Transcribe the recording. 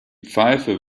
pfeife